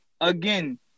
again